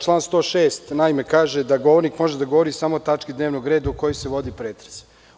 Član 106. kaže da govornik može da govori samo o tački dnevnog reda o kojoj se vodi pretres.